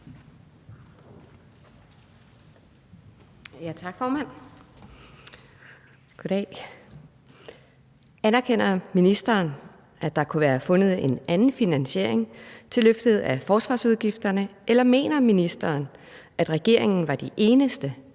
Tak, formand. Anerkender ministeren, at der kunne være fundet en anden finansiering til løftet af forsvarsudgifterne? Eller mener ministeren, at regeringen var de eneste,